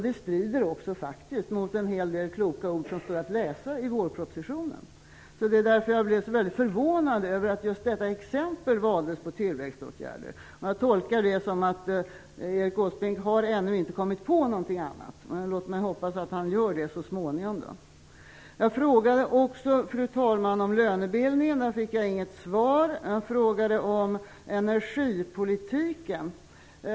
Det strider också mot en hel del kloka ord som står att läsa i vårpropositionen. Därför blir jag också så förvånad över att just detta exempel valdes på tillväxtåtgärder. Jag tolkar det som att Erik Åsbrink ännu inte har kommit på något annat. Låt oss hoppas att han gör det så småningom. Jag frågade också, fru talman, om lönebildningen, men jag fick inte något svar. Jag frågade om energipolitiken.